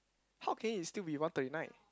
how can it it still be one thirty nine